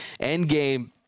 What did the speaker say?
endgame